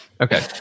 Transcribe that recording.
Okay